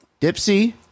dipsy